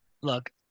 look